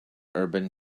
urban